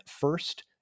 first